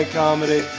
comedy